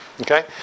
Okay